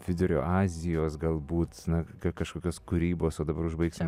vidurio azijos galbūt na kaip kažkokios kūrybos o dabar užbaigsime